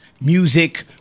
music